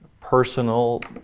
personal